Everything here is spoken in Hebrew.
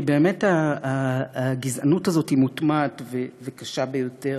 כי באמת הגזענות הזאת מוטמעת וקשה ביותר.